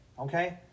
Okay